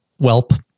Welp